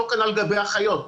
אותו כנ"ל לגבי אחיות.